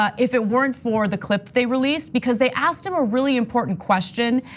ah if it weren't for the clip they released, because they asked him a really important question.